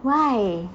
why